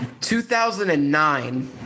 2009